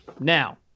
now